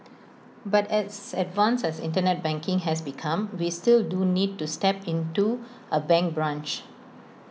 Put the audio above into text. but as advanced as Internet banking has become we still do need to step into A bank branch